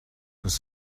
was